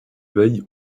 veille